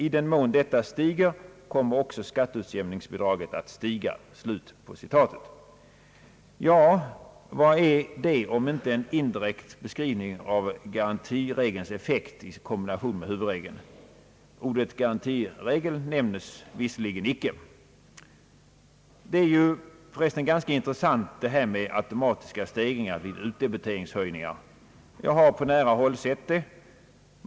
I den mån detta stiger kommer också skatteutjämningsbidraget att stiga.» Herr finansminister! Vad är detta om icke en indirekt beskrivning av garantiregelns effekt i kombination med huvudregeln? Ordet garantiregel nämns visserligen icke. Det är för övrigt ganska intressant detta med den automatiska stegringen vid utdebiteringshöjningar. Jag har på nära håll sett detta.